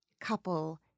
couple